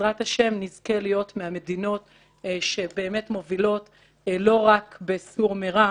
ובעזרת השם נזכה להיות מהמדינות שבאמת מובילות לא רק בסור מרע,